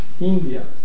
India